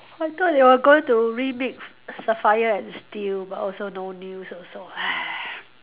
I thought they were going to remix sapphire and steel but also no news also